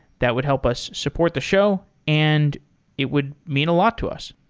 that would help us support the show and it would mean a lot to us.